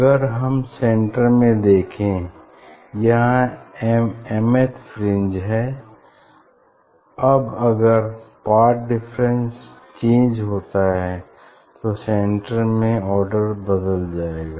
अगर हम सेंटर में देखें यहाँ एम थ फ्रिंज है अब अगर पाथ डिफरेंस चेंज होता है तो सेंटर में आर्डर बदल जाएगा